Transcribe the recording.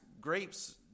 grapes